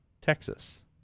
Texas